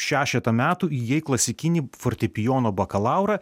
šešetą metų įgijai klasikinį fortepijono bakalaurą